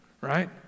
right